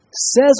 says